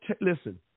Listen